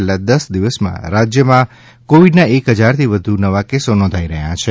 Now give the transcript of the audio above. છેલ્લા દસ દિવસમાં રાજ્યમાં કોવિડના એક હજારથી વધુ નવા કેસો નોંધાઈ રહ્યા છે